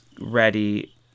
ready